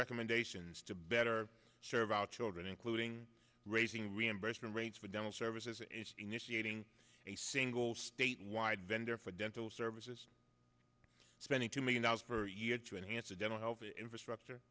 recommendations to better serve our children including raising reimbursement rates for dental services and initiating a single statewide vendor for dental services spending two million dollars per year to enhance a dental health infrastructure